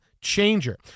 changer